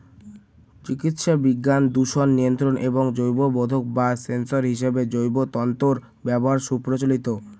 চিকিৎসাবিজ্ঞান, দূষণ নিয়ন্ত্রণ এবং জৈববোধক বা সেন্সর হিসেবে জৈব তন্তুর ব্যবহার সুপ্রচলিত